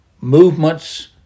movements